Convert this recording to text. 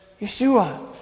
Yeshua